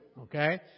okay